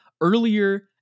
Earlier